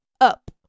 up